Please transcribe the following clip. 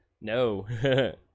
no